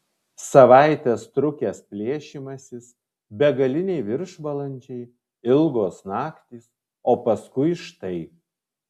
savaites trukęs plėšymasis begaliniai viršvalandžiai ilgos naktys o paskui štai